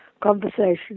conversation